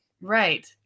Right